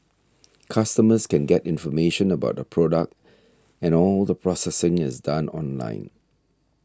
customers can get information about the product and all the processing is done online